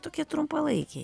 tokie trumpalaikiai